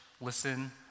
listen